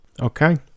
Okay